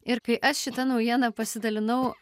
ir kai aš šita naujiena pasidalinau